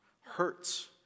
hurts